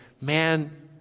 man